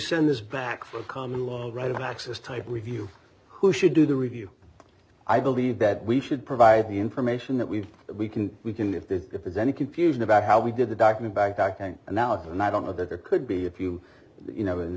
send this back for a common law right of access type review who should do the review i believe that we should provide the information that we that we can we can if the if there's any confusion about how we did the doc in bangkok and now and i don't know that there could be a few you know in the